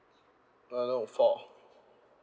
uh no four